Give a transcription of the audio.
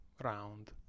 round